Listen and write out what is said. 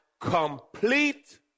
complete